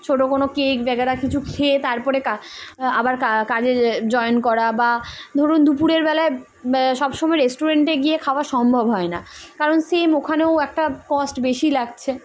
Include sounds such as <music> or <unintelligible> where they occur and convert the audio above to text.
ছোটো কোনো কেক <unintelligible> কিছু খেয়ে তারপরে আবার কাজে জয়েন করা বা ধরুন দুপুরের বলায় সব সময় রেস্টুরেন্টে গিয়ে খাওয়া সম্ভব হয় না কারণ সে মখানেও একটা কস্ট বেশি লাগছে